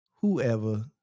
whoever